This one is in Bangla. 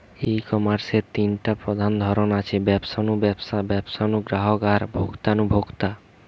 ই কমার্সের তিনটা প্রধান ধরন আছে, ব্যবসা নু ব্যবসা, ব্যবসা নু গ্রাহক আর ভোক্তা নু ভোক্তা